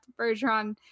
Bergeron